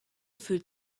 fühlt